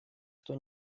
кто